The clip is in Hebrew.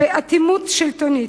באטימות שלטונית,